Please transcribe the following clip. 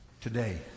Today